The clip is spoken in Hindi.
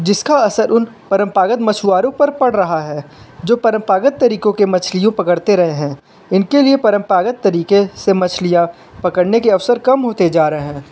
जिसका असर उन परंपरागत मछुआरों पर पड़ रहा है जो परंपरागत तरीकों के मछलियों पकड़ते रहे हैं इनके लिए परंपरागत तरीके से मछलियां पकड़ने के अवसर कम होते जा रहे हैं